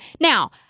Now